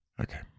Okay